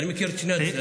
מכיר את שני הצדדים.